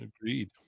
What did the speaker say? Agreed